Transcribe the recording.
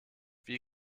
wie